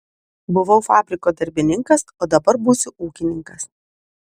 buvau fabriko darbininkas o dabar būsiu ūkininkas